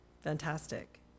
fantastic